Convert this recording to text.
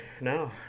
No